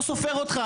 אני לא סופר אותך,